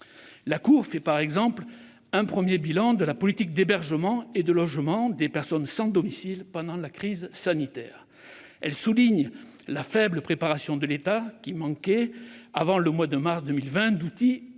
La Cour fait, par exemple, un premier bilan de la politique d'hébergement et de logement des personnes sans domicile pendant la crise sanitaire. Elle souligne la faible préparation de l'État, qui manquait, avant le mois de mars 2020, d'outils